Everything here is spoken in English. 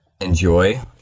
enjoy